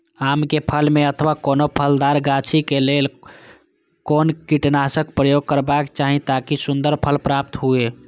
आम क फल में अथवा कोनो फलदार गाछि क लेल कोन कीटनाशक प्रयोग करबाक चाही ताकि सुन्दर फल प्राप्त हुऐ?